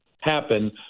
happen